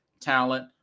talent